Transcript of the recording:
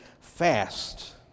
fast